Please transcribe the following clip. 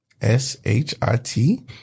S-H-I-T